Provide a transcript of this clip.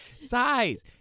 size